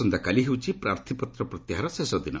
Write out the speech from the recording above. ଆସନ୍ତାକାଲି ହେଉଛି ପ୍ରାର୍ଥୀପତ୍ର ପ୍ରତ୍ୟାହାରର ଶେଷ ଦିନ